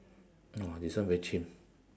!wah! this one very chim